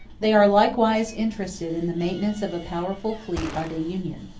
they are likewise interested in the maintenance of a powerful fleet by the union,